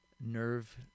nerve